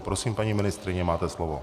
Prosím, paní ministryně, máte slovo.